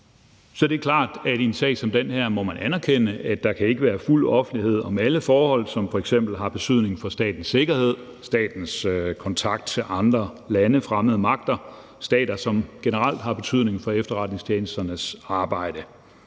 Så det er klart, at i en sag som den her må man anerkende, at der ikke kan være fuld offentlighed om alle forhold, som f.eks. har betydning for statens sikkerhed og statens kontakt til andre lande, fremmede magter, stater, som generelt har betydning for efterretningstjenesternes arbejde.